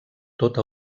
tota